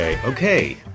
Okay